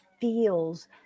feels